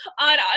on